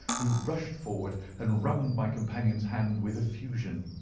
who rushed forward and wrung my companion's hand with effusion.